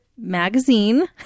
magazine